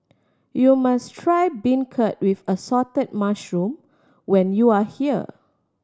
you must try beancurd with assorted mushroom when you are here